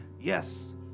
Yes